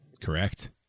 Correct